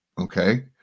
Okay